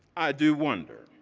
i do wonder,